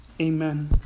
amen